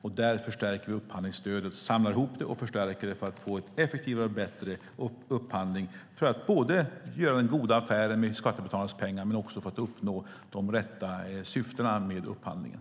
Vi samlar ihop upphandlingsstödet och förstärker det för att få en effektivare och bättre upphandling för att både göra den goda affären med skattebetalarnas pengar och för att uppnå de rätta syftena med upphandlingen.